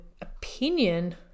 opinion